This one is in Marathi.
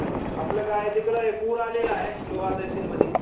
आपलं काय तिकडं पूर आलेलं आहे लोह तहसील मध्ये